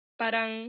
parang